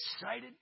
excited